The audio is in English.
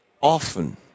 often